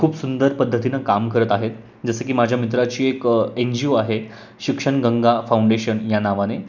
खूप सुंदर पद्धतीनं काम करत आहेत जसं की माझ्या मित्राची एक एन जी ओ आहे शिक्षण गंगा फाऊंडेशन या नावाने